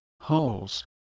holes